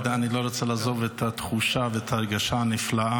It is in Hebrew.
עדיין אני לא רוצה לעזוב את התחושה ואת ההרגשה הנפלאה.